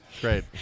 Great